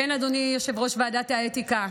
כן, אדוני יושב-ראש ועדת האתיקה.